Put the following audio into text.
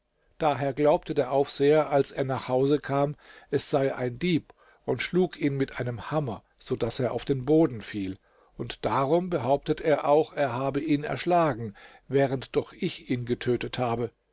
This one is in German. daher glaubte der aufseher als er nach hause kam es sei ein dieb und schlug ihn mit einem hammer so daß er auf den boden fiel und darum behauptet er auch er habe ihn erschlagen während doch ich ihn getötet habe